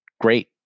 great